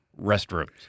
Restrooms